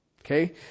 Okay